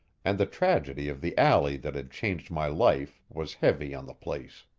and the tragedy of the alley that had changed my life was heavy on the place.